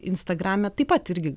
instagrame taip pat irgi